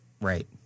Right